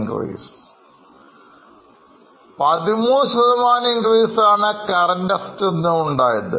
13 Increase ആണ്Current Assets എന്നതിൽ ഉണ്ടായത്